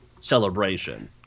celebration